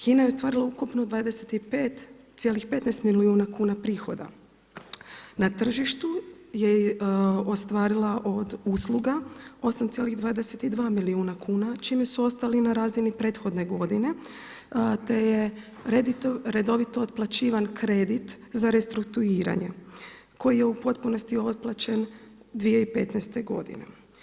HINA je ostvarila ukupno 25,5 milijuna prihoda, na tržištu je ostvarila od usluga 8,22 milijuna kuna čime su ostali na razini prethodne godine te je redovito otplaćivan kredit za restrukturiranje koji je u potpunosti otplaćen 2015. godine.